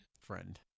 Friend